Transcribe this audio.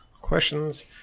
Questions